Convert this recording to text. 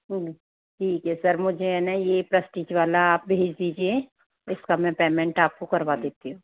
ठीक है सर मुझे है ना ये प्रेस्टीज वाला आप भेज दीजिए इसका मैं पेमेंट आपको करवा देती हूँ